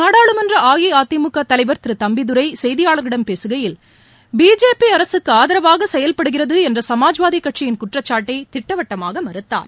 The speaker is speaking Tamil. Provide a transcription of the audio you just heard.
நாடாளுமன்ற அஇஅதிமுக தலைவர் திரு தம்பிதுரை செய்தியாளர்களிடம் பேசுகையில் பிஜேபி அரசுக்கு ஆதரவாக செயல்படுகிறது என்ற சமாஜ்வாதி கட்சியின் குற்றச்சாட்டை திட்டவட்டமாக மறுத்தார்